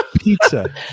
pizza